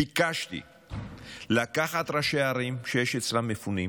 ביקשתי לקחת ראשי ערים שיש אצלם מפונים,